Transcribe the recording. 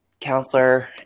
counselor